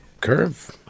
curve